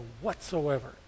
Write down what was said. whatsoever